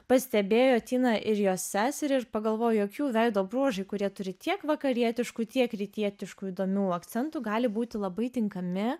pastebėjo tiną ir jos seserį ir pagalvojo jog jų veido bruožai kurie turi tiek vakarietiškų tiek rytietiškų įdomių akcentų gali būti labai tinkami